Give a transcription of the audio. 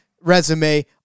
resume